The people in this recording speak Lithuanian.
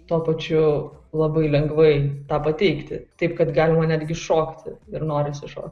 tuo pačiu labai lengvai tą pateikti taip kad galima netgi šokti ir norisi šokti